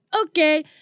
Okay